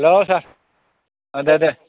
hello sir दे दे